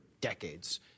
decades